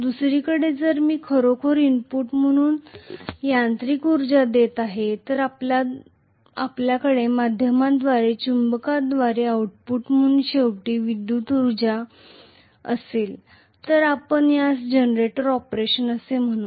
दुसरीकडे जर मी खरोखर इनपुट म्हणून यांत्रिक ऊर्जा देत आहे आणि आपल्याकडे माध्यमांद्वारे चुंबकाद्वारे आउटपुट म्हणून शेवटी विद्युत् उर्जा असेल तर आपण यास जनरेटर ऑपरेशन असे म्हणतो